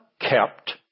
kept